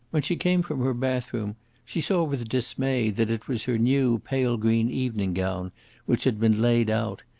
when she came from her bathroom she saw with dismay that it was her new pale-green evening gown which had been laid out.